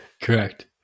correct